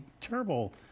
terrible